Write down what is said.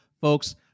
Folks